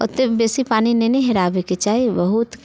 ओते बेसी पानि नहि ने हेराबेके चाही बहुत